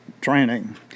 training